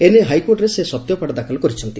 ଏ ନେଇ ହାଇକୋର୍ଟରେ ସେ ସତ୍ୟପାଠ ଦାଖଲ କରିଛନ୍ତି